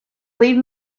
leave